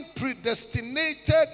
predestinated